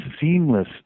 seamless